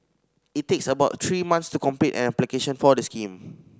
it takes about three months to complete an application for the scheme